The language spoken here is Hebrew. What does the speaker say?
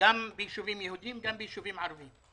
גם בישובים יהודיים וגם בישובים ערביים.